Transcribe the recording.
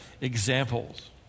examples